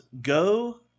go